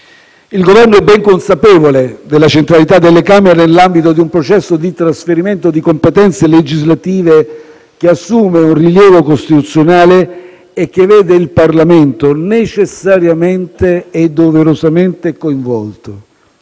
Il Governo è ben consapevole della centralità delle Camere nell'ambito di un processo di trasferimento di competenze legislative che assume un rilievo costituzionale e che vede il Parlamento necessariamente e doverosamente coinvolto.